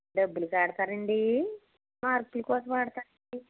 డబ్బులకి ఆడతారా అండి మార్కుల కోసం ఆడుతారా అండి